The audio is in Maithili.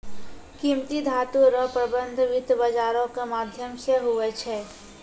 कीमती धातू रो प्रबन्ध वित्त बाजारो रो माध्यम से हुवै छै